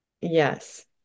Yes